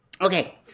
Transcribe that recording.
Okay